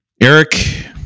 Eric